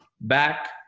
back